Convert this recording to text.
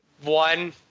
One